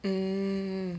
mm